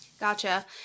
Gotcha